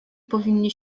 powinni